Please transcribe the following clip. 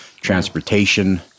transportation